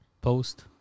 post